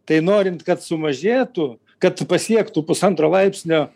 tai norint kad sumažėtų kad pasiektų pusantro laipsnio